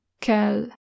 kel